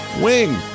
wing